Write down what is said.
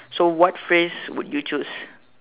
so what phrase would you choose